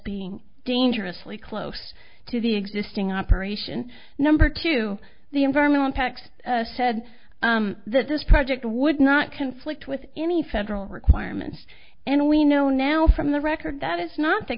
being dangerously close to the existing operation number two the environmental impacts said that this project would not conflict with any federal requirements and we know now from the record that is not the